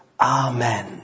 Amen